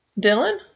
Dylan